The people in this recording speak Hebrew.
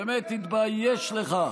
באמת תתבייש לך.